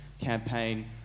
campaign